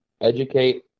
Educate